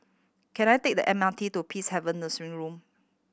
can I take the M R T to Peacehaven Nursing Home